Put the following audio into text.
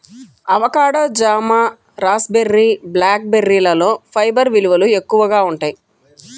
avocado, జామ, raspberry, black బెర్రీలలో fibre విలువలు ఎక్కువగా ఉంటాయి